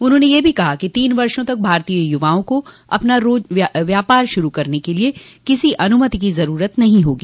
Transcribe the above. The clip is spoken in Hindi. उन्होंने यह भी कहा कि तीन वषों तक भारतीय युवाओं को अपना व्यापार शुरू करने के लिए किसी अनुमति की जरूरत नहीं होगी